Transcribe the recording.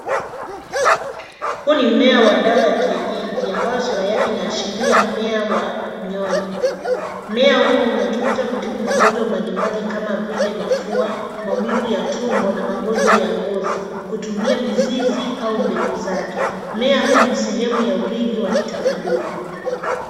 Huu mmea wa dawa ya kienyeji ambayo sura yake inaashiria mmea wa mnyonyo. Mmea huu unatumika kutibu magonjwa mbalimbali kama vile mafua, maumivu ya tumbo na magonjwa ya ngozi kutumia mizizi au mbegu zake. Mmea huu ni sehemu ya uridhi wa kitamaduni.